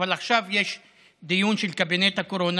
אבל עכשיו יש דיון של קבינט הקורונה,